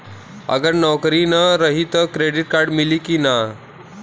अगर नौकरीन रही त क्रेडिट कार्ड मिली कि ना?